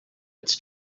its